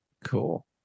cool